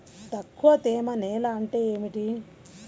తక్కువ తేమ నేల అంటే ఏమిటి?